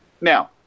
Now